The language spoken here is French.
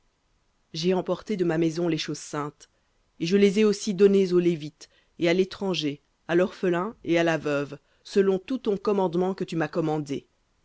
j'ai emporté de ma maison les choses saintes et je les ai aussi données au lévite et à l'étranger à l'orphelin et à la veuve selon tout ton commandement que tu m'as commandé